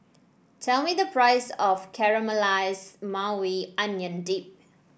tell me the price of Caramelized Maui Onion Dip